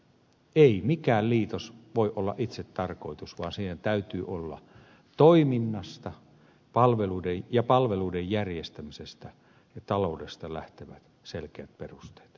ei mikään liitos voi olla itsetarkoitus vaan siinä täytyy olla toiminnasta ja palveluiden järjestämisestä ja taloudesta lähtevät selkeät perusteet